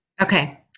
Okay